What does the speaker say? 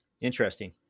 Interesting